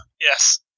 Yes